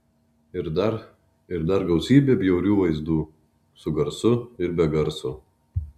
ir dar ir dar gausybę bjaurių vaizdų su garsu ir be garso